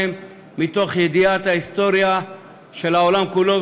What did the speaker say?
מתוך ידיעת ההיסטוריה של העולם כולו,